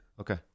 Okay